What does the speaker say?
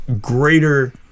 greater